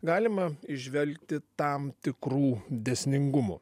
galima įžvelgti tam tikrų dėsningumų